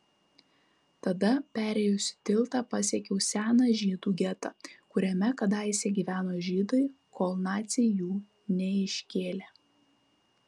tada perėjusi tiltą pasiekiau seną žydų getą kuriame kadaise gyveno žydai kol naciai jų neiškėlė